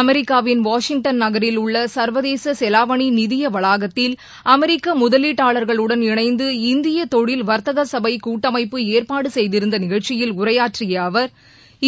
அமெரிக்காவின் வாஷிங்டன் நகரில் உள்ள சர்வதேச செவாவணி நிதிய வளாகத்தில் அமெரிக்க முதலீட்டாளர்களுடன் இணைந்து இந்திய தொழில் வர்த்தக சபை கூட்டஸமப்பு ஏற்பாடு செய்திருந்த நிகழ்ச்சியில் உரையாற்றிய அவர்